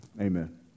amen